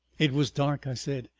it was dark, i said,